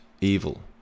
Evil